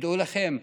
תדעו לכם,